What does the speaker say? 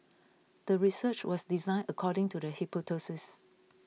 the research was designed according to the hypothesis